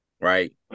Right